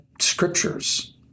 scriptures